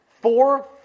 four